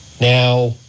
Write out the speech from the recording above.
Now